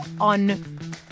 on